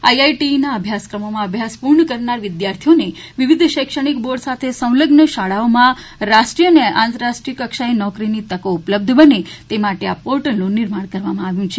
આઈઆઈટીઈના અભ્યાસક્રમોમાં અભ્યાસ પૂર્ણ કરનારા વિદ્યાર્થીઓને વિવિધ શૈક્ષણિક બોર્ડ સાથે સંલઝન શાળાઓમાં રાષ્ટ્રીય અને આંતરરાષ્ટ્રીય કક્ષાએ નોકરીની તકો ઉપલબ્ધ બને તે માટે આ પોર્ટલનું નિર્માણ કરવામાં આવ્યું છે